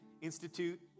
Institute